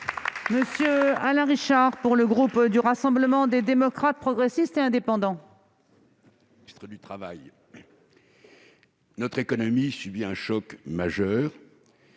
M. Alain Richard, pour le groupe Rassemblement des démocrates, progressistes et indépendants.